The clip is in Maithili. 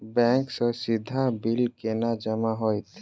बैंक सँ सीधा बिल केना जमा होइत?